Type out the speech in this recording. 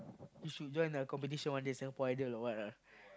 you should join a competition one day Singapore-Idol or what ah